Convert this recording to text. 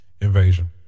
Invasion